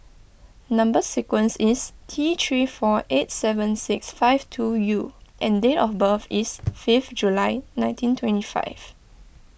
Number Sequence is T three four eight seven six five two U and date of birth is fifth July nineteen twenty five